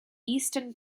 eastern